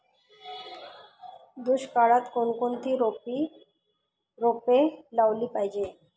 दुष्काळात कोणकोणती रोपे लावली पाहिजे?